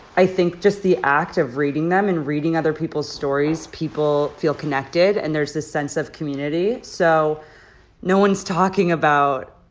i think just the act of reading them and reading other people's stories, people feel connected, and there's this sense of community. so no one's talking about,